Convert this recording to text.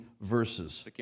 verses